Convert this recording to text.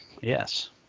Yes